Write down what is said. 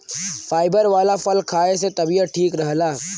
fibre वाला फल खाए से तबियत ठीक रहला